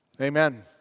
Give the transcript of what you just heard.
Amen